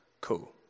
cool